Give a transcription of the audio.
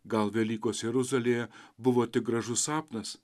gal velykos jeruzalėje buvo tik gražus sapnas